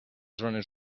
zones